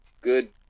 good